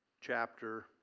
chapter